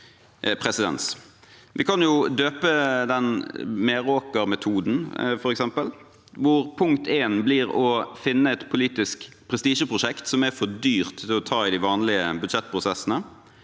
Vi kan f.eks. døpe den Meraker-metoden, hvor punkt én blir å finne et politisk prestisjeprosjekt som er for dyrt til å ta i de vanlige budsjettprosessene.